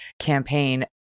campaign